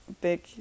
big